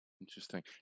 Interesting